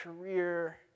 career